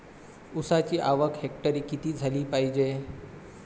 ऊसाची आवक हेक्टरी किती झाली पायजे?